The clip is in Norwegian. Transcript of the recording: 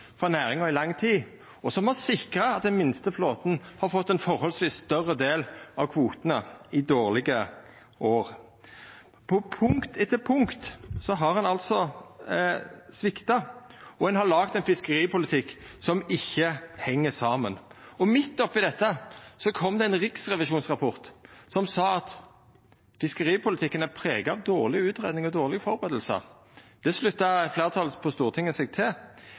næringa i lang tid, og som har sikra at den minste flåten har fått ein forholdsvis større del av kvotane i dårlege år. På punkt etter punkt har ein altså svikta, og ein har laga ein fiskeripolitikk som ikkje heng saman. Midt oppi dette kom det ein riksrevisjonsrapport som sa at fiskeripolitikken er prega av dårlege utgreiingar og dårlege førebuingar. Det slutta fleirtalet på Stortinget seg til.